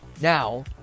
Now